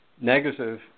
negative